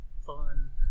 fun